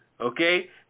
okay